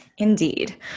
Indeed